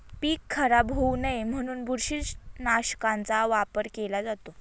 पीक खराब होऊ नये म्हणून बुरशीनाशकाचा वापर केला जातो